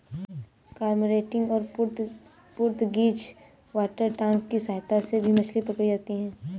cormorant और Portuguese water dog की सहायता से भी मछली पकड़ी जाती है